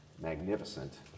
magnificent